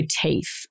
teeth